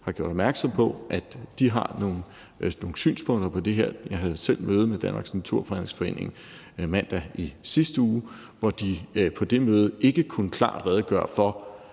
har gjort opmærksom på, at de har nogle synspunkter i forbindelse med det her. Jeg havde selv møde med Danmarks Naturfredningsforening mandag i sidste uge, og de kunne ikke på det møde klart redegøre for,